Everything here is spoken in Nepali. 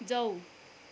जाऊ